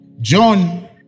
John